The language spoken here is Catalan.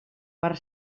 per